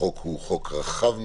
החוק הוא חוק רחב מאוד,